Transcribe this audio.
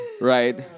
Right